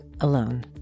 alone